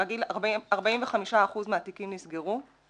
ברגיל 45% מהתיקים נסגרו.